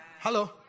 Hello